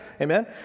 amen